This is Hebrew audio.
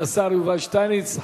השר יובל שטייניץ.